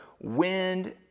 wind